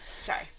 Sorry